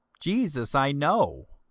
jesus i know,